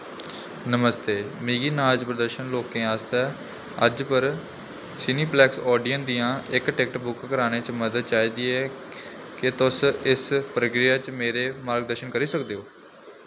नमस्ते मिगी नाच प्रदर्शन लोकें आस्तै अज्ज पर सिनेप्लेक्स ऑडियन दियां इक टिकट बुक करने च मदद चाहिदी केह् तुस इस प्रक्रिया च मेरे मार्गदर्शन करी सकदे ओ